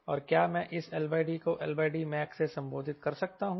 और क्या मैं इस LD को LDmax से संबोधित कर सकता हूं